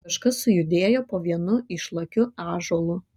kažkas sujudėjo po vienu išlakiu ąžuolu